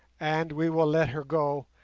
and we will let her go,